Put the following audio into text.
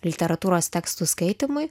literatūros tekstų skaitymui